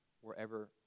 wherever